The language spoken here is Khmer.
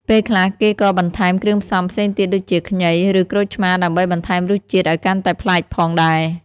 ពេលខ្លះ គេក៏បន្ថែមគ្រឿងផ្សំផ្សេងទៀតដូចជាខ្ញី ឬក្រូចឆ្មារដើម្បីបន្ថែមរសជាតិឲ្យកាន់តែប្លែកផងដែរ។